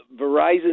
Verizon